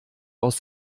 aus